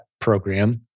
program